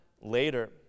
later